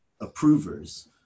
approvers